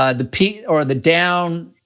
ah the peak or the down,